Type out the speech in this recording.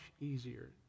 easier